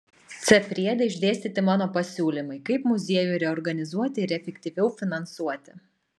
c priede išdėstyti mano pasiūlymai kaip muziejų reorganizuoti ir efektyviau finansuoti